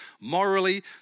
morally